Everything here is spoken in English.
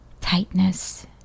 tightness